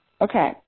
Okay